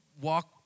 walk